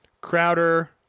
Crowder